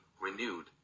renewed